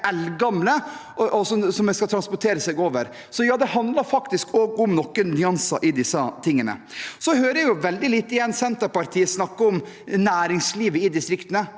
som skal transportere dem over. Så ja, det handler faktisk også om noen nyanser i disse tingene. Så hører jeg igjen veldig lite til at Senterpartiet snakker om næringslivet i distriktene,